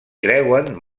creuen